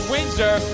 Windsor